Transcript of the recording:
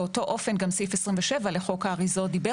באותו אופן גם סעיף 27 לחוק האריזות דיבר